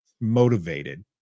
motivated